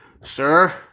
sir